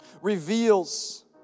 reveals